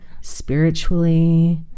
spiritually